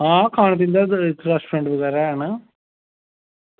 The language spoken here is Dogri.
हां खान पीन दा बी रेस्टोरेंट बगैरा हैन